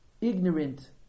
ignorant